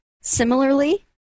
similarly